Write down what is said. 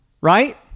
right